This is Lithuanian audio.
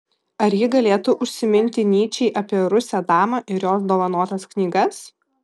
ar ji galėtų užsiminti nyčei apie rusę damą ir jos dovanotas knygas